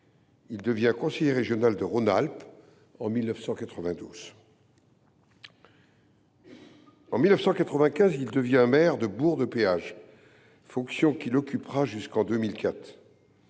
puis conseiller régional de Rhône Alpes en 1992. En 1995, il devient maire de Bourg de Péage, fonction qu’il occupera jusqu’en 2004,